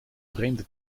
vreemde